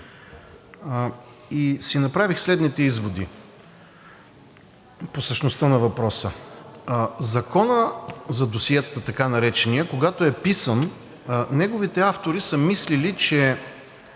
и си направих следните изводи по същността на въпроса. Законът за досиетата, така нареченият, когато е писан, неговите автори са мислели, че